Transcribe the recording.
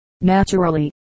Naturally